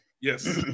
Yes